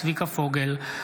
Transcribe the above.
צביקה פוגל,